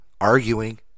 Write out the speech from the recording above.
arguing